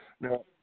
Now